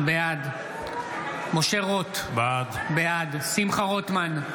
בעד משה רוט, בעד שמחה רוטמן,